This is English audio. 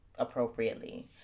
Appropriately